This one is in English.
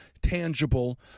tangible